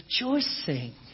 Rejoicing